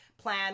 Plan